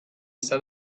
sat